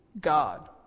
God